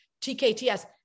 TKTS